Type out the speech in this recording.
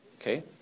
Okay